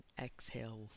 Exhale